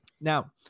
Now